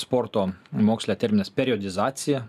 sporto moksle terminas periodizacija